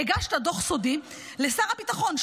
הגשת דוח סודי לשר הביטחון,